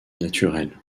naturel